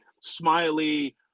smiley